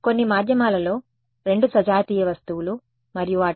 కొన్ని మాధ్యమాలలో 2 సజాతీయ వస్తువులు మరియు వాటి అనుమతి x1 మరియు x2